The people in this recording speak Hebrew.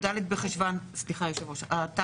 י"ד בחשוון התשפ"ב,